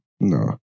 no